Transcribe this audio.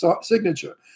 signature